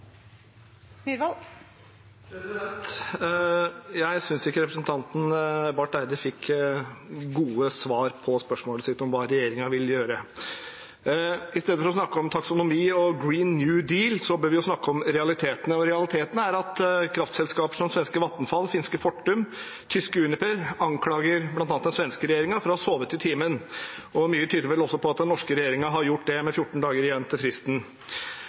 Jeg synes ikke representanten Barth Eide fikk gode svar på spørsmålet sitt om hva regjeringen vil gjøre. I stedet for å snakke om taksonomi og Green New Deal bør vi snakke om realitetene, og realiteten er at kraftselskaper som svenske Vattenfall, finske Fortum og tyske Uniper anklager bl.a. den svenske regjeringen for å ha sovet i timen. Mye tyder vel også på at den norske regjeringen har gjort det – med 14 dager igjen til fristen.